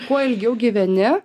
kuo ilgiau gyveni